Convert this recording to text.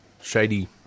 Shady